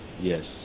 yes